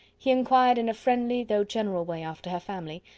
he inquired in a friendly, though general way, after her family,